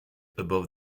above